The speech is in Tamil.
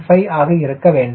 15 ஆக இருக்க வேண்டும்